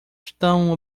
estão